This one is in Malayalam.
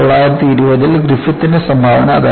1920 ൽ ഗ്രിഫിത്തിന്റെ സംഭാവന അതായിരുന്നു